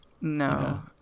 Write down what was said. No